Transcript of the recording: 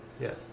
Yes